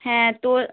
হ্যাঁ তো